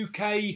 UK